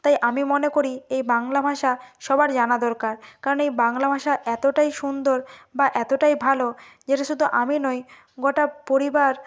তাই আমি মনে করি এই বাংলা ভাষা সবার জানা দরকার কারণ এই বাংলা ভাষা এতোটাই সুন্দর বা এতোটাই ভালো যেটা শুধু আমি নয় গোটা পরিবার